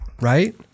right